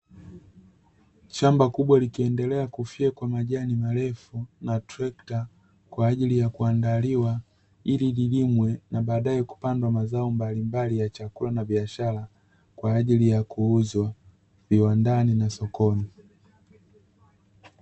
Shamba kubwa likiendelea kufyekwa majani marefu na trekta kwa ajili ya kuandaliwa, ili lilimwe na baadae kupandwa mazao mbalimbali ya chakula na biashara kwa ajili ya kuuzwa viwandani na sokoni.